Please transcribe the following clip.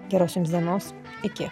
geros jums dienos iki